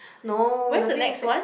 no the thing is that